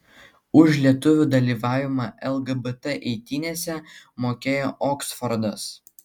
už lietuvių dalyvavimą lgbt eitynėse mokėjo oksfordas